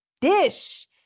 Dish